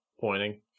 pointing